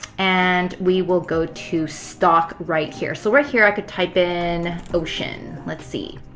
and we will go to stock right here. so right here, i could type in, ocean. let's see.